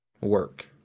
work